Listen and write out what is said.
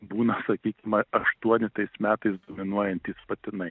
būna sakykim aštuoni tais metais dominuojantys patinai